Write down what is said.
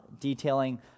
detailing